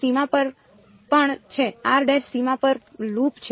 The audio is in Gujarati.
સીમા પર પણ છે સીમા પર લૂપ છે